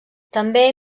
també